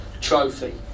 trophy